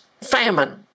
famine